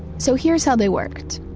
so here's how they worked.